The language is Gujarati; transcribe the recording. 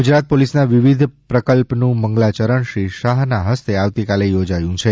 ગુજરાત પોલિસના વિવિધ પ્રકલ્પનું મંગલાચરણ શ્રી શાહના હસ્તે આવતીકાલે યોજાયું છે